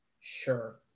sure